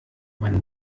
man